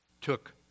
took